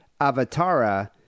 Avatara